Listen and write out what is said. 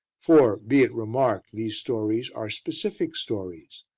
for, be it remarked, these stories are specific stories.